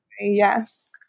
yes